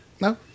No